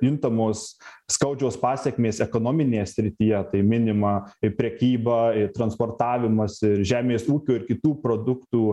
juntamos skaudžios pasekmės ekonominėje srityje tai minima ir prekyba ir transportavimas ir žemės ūkio ir kitų produktų